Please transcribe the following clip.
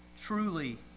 Truly